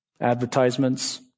Advertisements